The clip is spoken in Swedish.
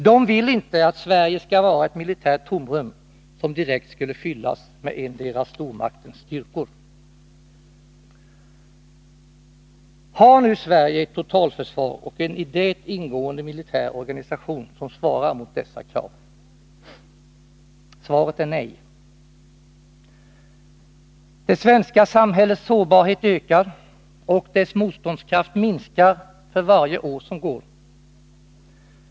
De vill inte att Sverige skall vara ett militärt tomrum, som direkt skulle fyllas med endera stormaktens styrkor. Har nu Sverige ett totalförsvar och en i detta ingående militär organisation som svarar mot dessa krav? Svaret är nej. Det svenska samhällets sårbarhet ökar och dess motståndskraft minskar för varje år som går.